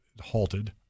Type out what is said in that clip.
halted